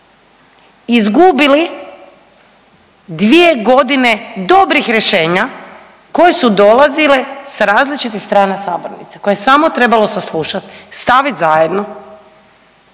izgubili dvije godine dobrih rješenja koje su dolazile sa različitih strana sabornice koje je samo trebalo saslušat, stavit zajedno,